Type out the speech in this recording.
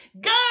God